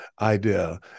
idea